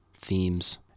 themes